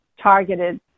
targeted